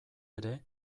ere